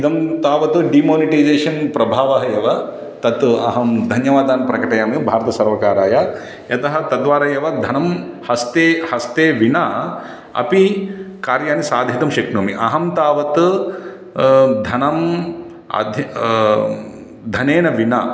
इदम् तावत् डिमोनिटैसेषन् प्रभावः एव तत्तु अहं धन्यवादान् प्रकटयामि भारतसर्वकाराय यतः तद्वारा एव धनं हस्ते हस्ते विना अपि कार्याणि साधितुं शक्नोमि अहं तावत् धनम् अधिक धनेन विना